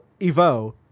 Evo